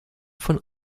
von